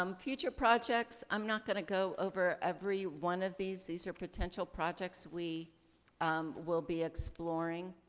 um future projects, i'm not gonna go over every one of these. these are potential projects we um will be exploring.